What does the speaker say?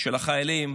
של החיילים